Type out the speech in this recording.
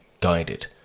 guided